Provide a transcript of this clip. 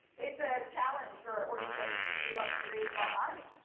it's a challenge for organizations to give ah degrees of autonomy.